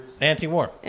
Anti-war